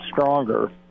stronger